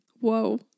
Whoa